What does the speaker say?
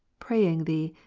praying thee,